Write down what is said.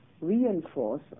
reinforce